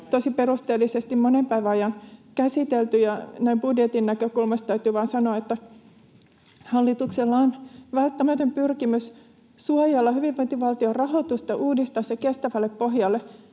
tosi perusteellisesti monen päivän ajan käsitelty. Näin budjetin näkökulmasta täytyy vain sanoa, että hallituksella on välttämätön pyrkimys suojella hyvinvointivaltion rahoitusta ja uudistaa se kestävälle pohjalle,